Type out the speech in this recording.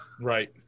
Right